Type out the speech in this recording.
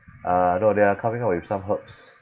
ah no they are coming up with some herbs